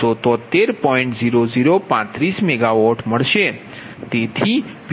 6007 4420